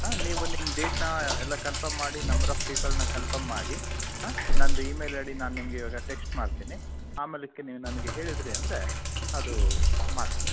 ಹಾಂ ನೀವು ನಿಮ್ಮ ಡೇಟ್ನ ಎಲ್ಲ ಕನ್ಫರ್ಮ್ ಮಾಡಿ ನಂಬರ್ ಆಫ್ ಪೀಪಲ್ನ ಕನ್ಫರ್ಮ್ ಮಾಡಿ ನಂದು ಇಮೇಲ್ ಐ ಡಿ ನಾನು ನಿಮಗೆ ಇವಾಗ ಟೆಕ್ಸ್ಟ್ ಮಾಡ್ತೀನಿ ಆಮೇಲೆ ಇದ್ಕೆ ನೀವು ನನಗೆ ಹೇಳಿದಿರಿ ಅಂದರೆ ಅದು ಮಾತಾಡೋಣ